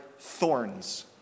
thorns